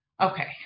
Okay